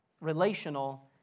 relational